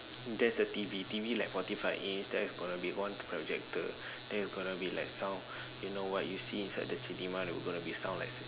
there's a T_V T_V like forty five inch there's going to be one projector then there's going to be like sound you know what you see inside the cinema there's going to be sound like